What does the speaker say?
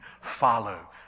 follow